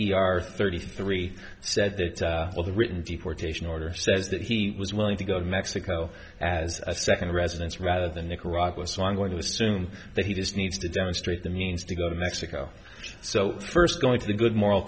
our thirty three said that the written deportation order says that he was willing to go to mexico as a second residence rather than nicaragua so i'm going to assume that he does needs to demonstrate the means to go to mexico so the first going to the good moral